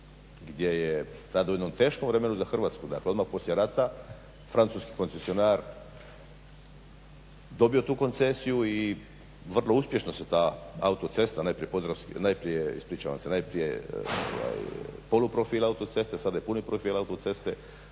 gdje je tad u jednom teškom vremenu za Hrvatsku, dakle odmah poslije rata francuski koncesionar dobio tu koncesiju i vrlo uspješno se ta autocesta najprije podunavski, najprije ispričavam se,